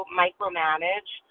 micromanage